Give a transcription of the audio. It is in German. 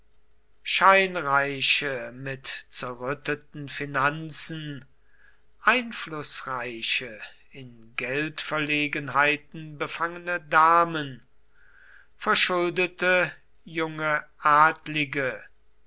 scheinreiche mit zerrütteten finanzen einflußreiche in geldverlegenheiten befangene damen verschuldete junge adlige